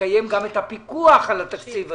ולקיים פיקוח על התקציב הזה.